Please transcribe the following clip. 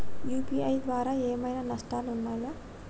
UPI ద్వారా ఏమైనా నష్టాలు ఉన్నయా?